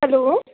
hello